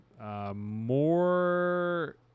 More